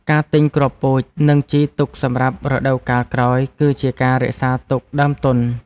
ការទិញគ្រាប់ពូជ និងជីទុកសម្រាប់រដូវកាលក្រោយ គឺជាការរក្សាទុកដើមទុន។